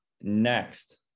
next